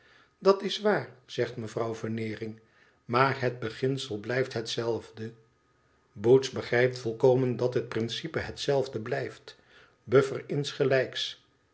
dat is waar zegt mevrouw veneering maar het beginsel blijft hetzelfde boots begrijpt volkomen dat het principe hetzelfde blijft bufifer insgelijks